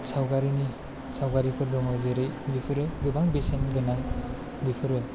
सावगारिनि सावगारिफोर दं जेरै बेफोरो गोबां बेसेन गोनां बेफोरो